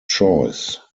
choice